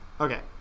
Okay